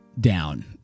down